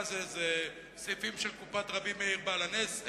מה זה, זה סעיפים של קופת רבי מאיר בעל הנס?